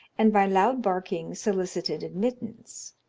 and by loud barking solicited admittance.